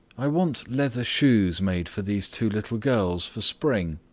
i want leather shoes made for these two little girls for spring.